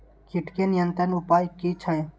कीटके नियंत्रण उपाय कि छै?